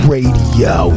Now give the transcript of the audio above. Radio